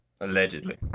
Allegedly